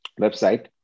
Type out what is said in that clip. website